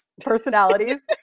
personalities